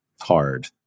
hard